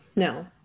No